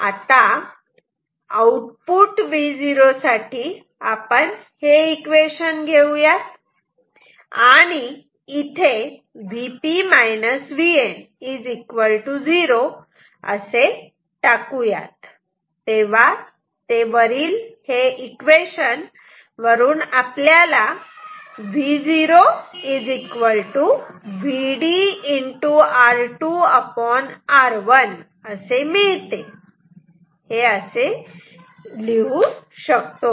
आता output Vo साठी आपण हे इक्वेशन घेऊयात आणि इथे Vp Vn 0 असे टाकुयात तेव्हा या इक्वेशन वरून आपण Vo Vd R2R1असे लिहू शकतो